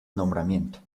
nombramiento